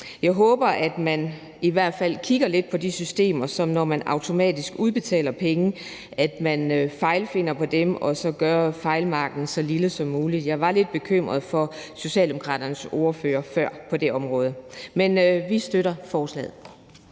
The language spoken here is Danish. jeg håber, at man i hvert fald kigger lidt på de systemer, så man, når man automatisk udbetaler penge, fejlfinder på dem og så gør fejlmargenen så lille som muligt. Jeg var lidt bekymret over Socialdemokraternes ordførers tale før på det område. Men vi støtter forslaget.